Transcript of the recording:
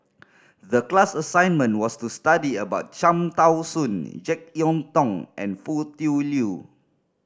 the class assignment was to study about Cham Tao Soon Jek Yeun Thong and Foo Tui Liew